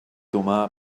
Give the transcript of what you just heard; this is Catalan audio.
humà